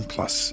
Plus